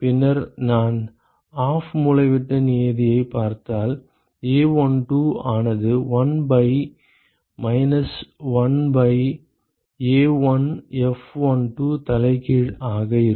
பின்னர் நான் ஆஃப் மூலைவிட்ட நியதிகளைப் பார்த்தால் a12 ஆனது 1 பை மைனஸ் 1 பை A1F12 தலைகீழ் ஆக இருக்கும்